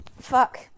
fuck